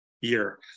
year